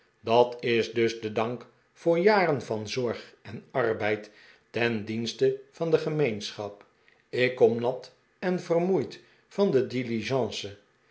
dat is dus de dank voor jaren van zorg en arbeid ten dienste van de gemeenschap ik kom nat en vermoeid van de